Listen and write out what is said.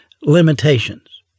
limitations